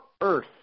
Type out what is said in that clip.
earth